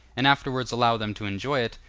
and afterwards allow them to enjoy it,